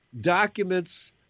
documents